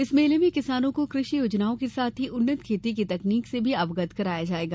इस मेले में किसानों को कृषि योजनाओं के साथ ही उन्नत खेती की तकनीक से भी अवगत कराया जायेगा